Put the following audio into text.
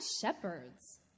shepherds